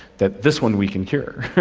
that this one we can cure.